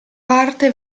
parte